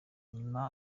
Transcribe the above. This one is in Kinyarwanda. nyuma